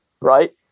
right